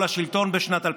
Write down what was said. הצעת חוק-יסוד: משק המדינה (תיקון מס' 10 והוראת שעה לשנת 2020)